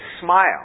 smile